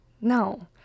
No